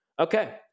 Okay